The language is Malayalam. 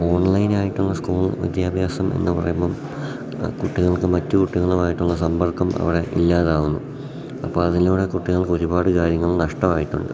ഓൺലൈനായിട്ടുള്ള സ്കൂൾ വിദ്യാഭ്യാസം എന്നു പറയുമ്പം കുട്ടികൾക്ക് മറ്റു കുട്ടികളുമായിട്ടുള്ള സമ്പർക്കം അവിടെ ഇല്ലാതാകുന്നു അപ്പം അതിലൂടെ കുട്ടികൾക്ക് ഒരുപാട് കാര്യങ്ങൾ നഷ്ടമായിട്ടുണ്ട്